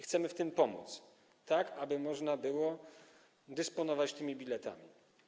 Chcemy w tym pomóc, tak aby można było dysponować tymi biletami.